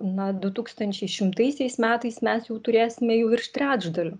na du tūkstančiai šimtaisiais metais mes jau turėsime jų virš trečdalio